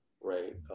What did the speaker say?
right